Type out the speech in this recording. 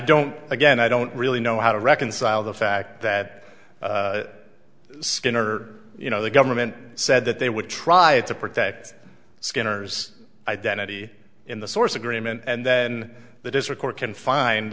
don't again i don't really know how to reconcile the fact that skinner you know the government said that they would try to protect skinner's identity in the source agreement and then the district court can find